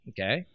Okay